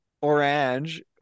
orange